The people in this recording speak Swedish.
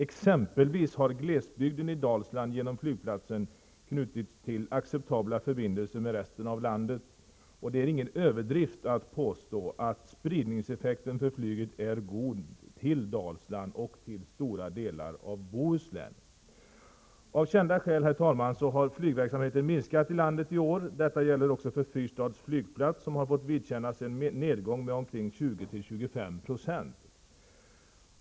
Exempelvis har glesbygden i Dalsland genom flygplatsen knutits till acceptabla förbindelser med resten av landet. Det är ingen överdrift att påstå att spridningseffekten för flyget är god till Dalsland och stora delar av Av kända skäl, herr talman, har flygverksamheten i år minskat i landet. Detta gäller också för Fyrstads flygplats, som fått vidkännas en nedgång med omkring 20--25 %.